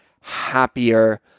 happier